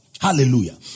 Hallelujah